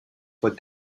for